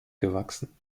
gewachsen